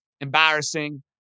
embarrassing